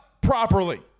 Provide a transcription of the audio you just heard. properly